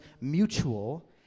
mutual